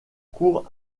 court